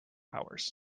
hours